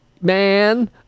man